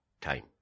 time